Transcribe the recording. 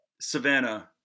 Savannah